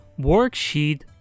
Worksheet